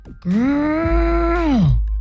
Girl